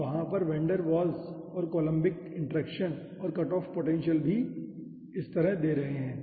हम यहां पर वैन डेर वाल्स और कोलम्बिक इंटरैक्शन और कटऑफ पोटेंशियल भी इस तरह दे रहे हैं